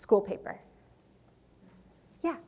school paper yeah